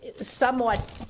somewhat